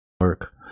work